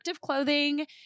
clothing